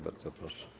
Bardzo proszę.